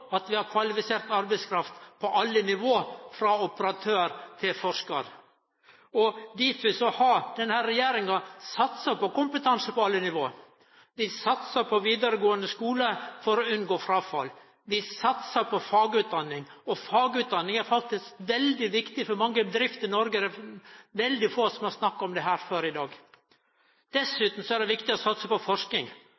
at vi har kvalifisert arbeidskraft på alle nivå, frå operatør til forskar. Difor har denne regjeringa satsa på kompetanse på alle nivå. Vi satsar på vidaregåande skule for å unngå fråfall. Vi satsar på fagutdanning, og fagutdanning er faktisk veldig viktig for mange bedrifter i Noreg. Det er veldig få som har snakka om dette før i dag.